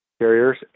carriers